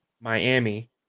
Miami